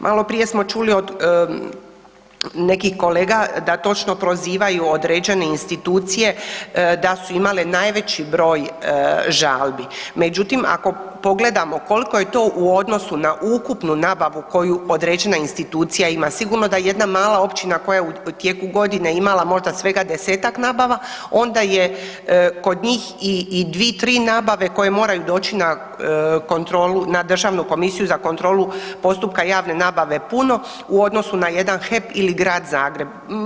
Maloprije smo čuli od nekih kolega da točno prozivaju određene institucije da su imale najveći broj žalbi, međutim ako pogledamo koliko je to u odnosu na ukupnu nabavu koju određena institucija ima, sigurno da jedna mala općina koja je u tijeku godine imala možda svega desetak nabava onda je kod njih i dvije, tri nabave koje moraju doći na kontrolu, na Državnu komisiju za kontrolu postupka javne nabave puno u odnosu na jedan HEP ili Grad Zagreb.